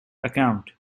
account